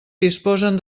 disposen